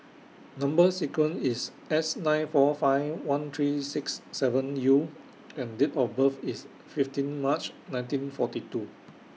Number sequence IS S nine four five one three six seven U and Date of birth IS fifteen March nineteen forty two